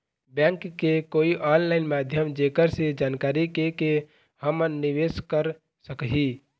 Bank के कोई online माध्यम जेकर से जानकारी के के हमन निवेस कर सकही?